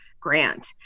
grant